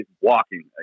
walking